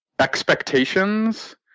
expectations